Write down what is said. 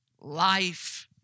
life